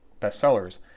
bestsellers